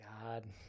God